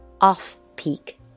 off-peak